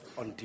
on